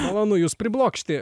malonu jus priblokšti